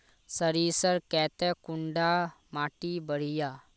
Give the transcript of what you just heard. सरीसर केते कुंडा माटी बढ़िया?